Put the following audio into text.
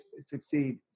succeed